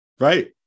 Right